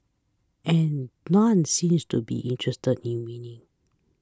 and none seems to be interested in winning